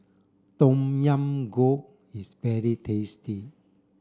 Tom Yam Goong is very tasty